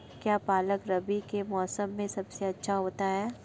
क्या पालक रबी के मौसम में सबसे अच्छा आता है?